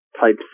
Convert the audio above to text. type